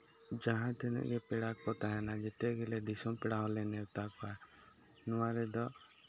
ᱡᱟᱦᱟᱸ ᱛᱤᱱᱟᱹᱜ ᱜᱮ ᱯᱮᱲᱟ ᱠᱚᱠᱚ ᱛᱟᱦᱮᱱᱟ ᱡᱮᱛᱮᱚ ᱜᱮᱞᱮ ᱫᱤᱥᱚᱢ ᱯᱮᱲᱟ ᱦᱚᱞᱮ ᱱᱮᱣᱛᱟ ᱠᱚᱣᱟ ᱱᱚᱣᱟ ᱨᱮᱫᱚ